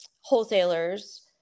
wholesalers